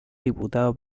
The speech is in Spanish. diputado